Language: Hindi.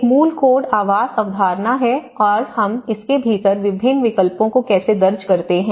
एक मूल कोड आवास अवधारणा है और हम इसके भीतर विभिन्न विकल्पों को कैसे दर्ज़ करते हैं